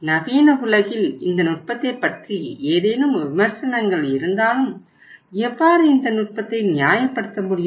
நவீன உலகில் இந்த நுட்பத்தைப் பற்றி ஏதேனும் விமர்சனங்கள் இருந்தாலும் எவ்வாறு இந்த நுட்பத்தை நியாயப்படுத்த முடியும்